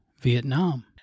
Vietnam